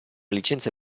licenza